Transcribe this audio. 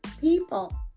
people